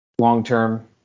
long-term